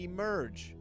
Emerge